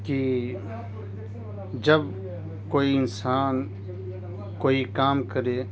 کہ جب کوئی انسان کوئی کام کرے